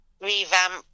revamp